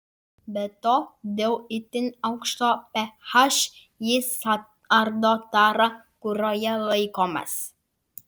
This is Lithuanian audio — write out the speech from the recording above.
be to dėl itin aukšto ph jis ardo tarą kurioje laikomas